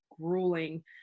grueling